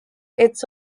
its